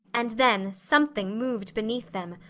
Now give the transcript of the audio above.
and then something moved beneath them,